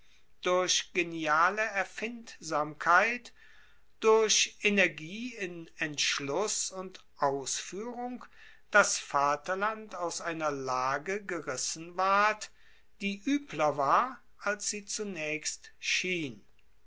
durch geniale erfindsamkeit durch energie in entschluss und ausfuehrung das vaterland aus einer lage gerissen ward die uebler war als sie zunaechst schien